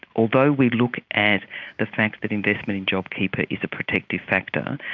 although we look at the fact that investment in jobkeeper is a protective factor,